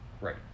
right